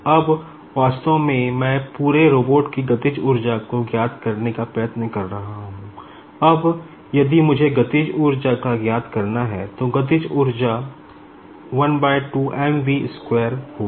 अब वास्तव में मैं पूरे रोबोट कीकाइनेटिक एनर्जी होगी